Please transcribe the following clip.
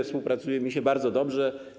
Współpracuje mi się bardzo dobrze.